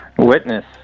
Witness